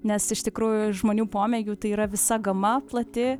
nes iš tikrųjų žmonių pomėgių tai yra visa gama plati